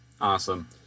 Awesome